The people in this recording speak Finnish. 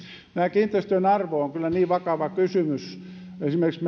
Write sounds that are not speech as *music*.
kiinteistöjen arvo on kyllä vakava kysymys esimerkiksi *unintelligible*